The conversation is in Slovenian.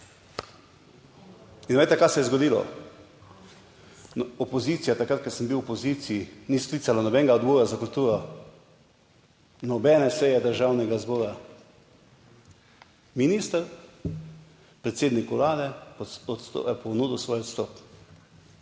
In poglejte kaj se je zgodilo, opozicija, takrat ko sem bil v opoziciji ni sklicala nobenega Odbora za kulturo, nobene seje državnega zbora, minister, predsednik Vlade je ponudil svoj odstop.